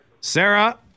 Sarah